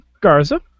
Garza